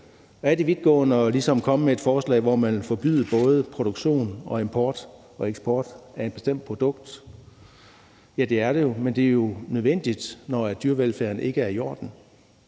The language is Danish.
Er det vidtgående ligesom at komme med et forslag, hvor man vil forbyde både produktion, import og eksport af et bestemt produkt? Ja, det er det jo, men det er nødvendigt, når dyrevelfærden ikke er i orden.